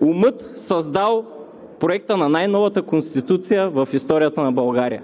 умът, създал проекта на най-новата Конституция в историята на България?!